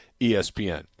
ESPN